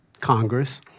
Congress